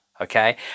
okay